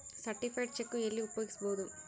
Certified cheque ಎಲ್ಲಿ ಉಪಯೋಗಿಸ್ಬೋದು?